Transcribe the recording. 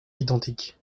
identiques